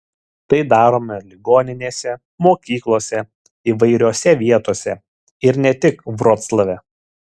tai darome ligoninėse mokyklose įvairiose vietose ir ne tik vroclave